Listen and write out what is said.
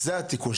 זה התיקון,